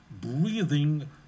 breathing